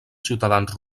ciutadans